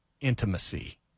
intimacy